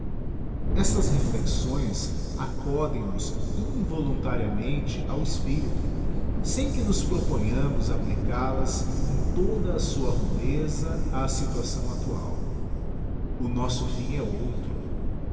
estas reflexões acodem nos involuntariamente ao espirito sem que nos proponhamos applical as em toda a sua rudeza á situação actual o nosso fim é outro